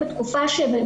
מפעיל.